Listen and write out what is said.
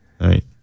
Right